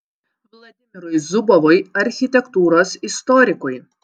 vladimirui zubovui architektūros istorikui